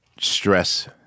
stress